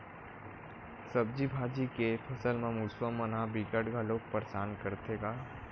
सब्जी भाजी के फसल म मूसवा मन ह बिकट घलोक परसान करथे गा